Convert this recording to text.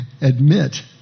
admit